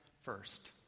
first